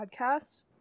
podcast